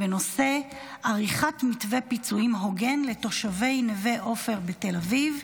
בנושא: עריכת מתווה פיצויים הוגן לתושבי נווה עופר בתל אביב.